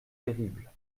terribles